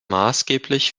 maßgeblich